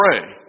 pray